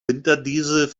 winterdiesel